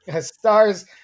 stars